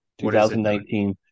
2019